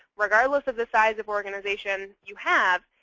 regardless of the size of organization you have,